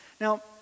Now